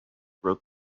wrote